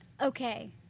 Okay